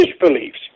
beliefs